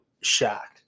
shocked